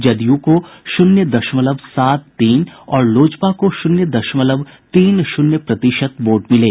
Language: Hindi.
जदयू को शून्य दशमलव सात तीन और लोजपा को शून्य दशमलव तीन शून्य प्रतिशत वोट मिले